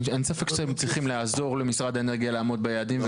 אין ספק שהם צריכים לעזור למשרד האנרגיה ולרשויות לעמוד ביעדים.